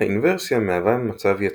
האינוורסיה מהווה מצב יציב,